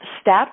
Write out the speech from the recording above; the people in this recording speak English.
step